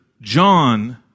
John